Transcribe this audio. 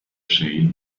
shade